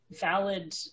valid